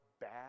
Bad